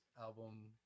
album